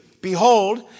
Behold